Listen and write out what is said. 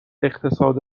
اقتصاد